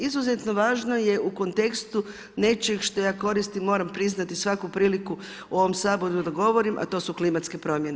Izuzetno važno je u kontekstu nečega što ja koristim, moram priznati, svaku priliku u ovom Saboru da govorim, a to su klimatske promjene.